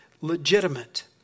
legitimate